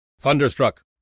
Thunderstruck